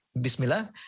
bismillah